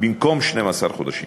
במקום 12 חודשים.